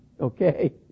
okay